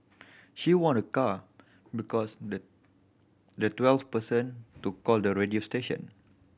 she won a car because the the twelfth person to call the radio station